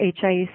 HIE